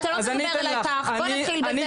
אתה לא תדבר אליי כך, בוא נתחיל בזה.